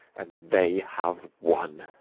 and they have won.